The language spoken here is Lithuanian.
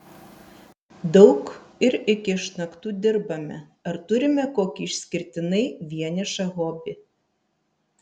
daug ir iki išnaktų dirbame ar turime kokį išskirtinai vienišą hobį